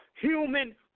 Human